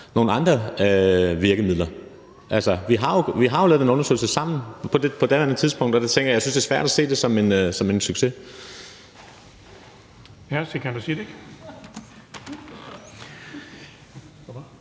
nogle andre virkemidler. Altså, vi har jo lavet den undersøgelse sammen på daværende tidspunkt, og der synes jeg, det er svært at se det som en succes.